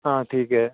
हां ठीक है